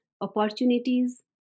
opportunities